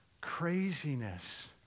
craziness